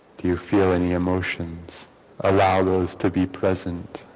do you feel any emotions allow those to be present